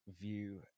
view